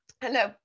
Hello